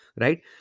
right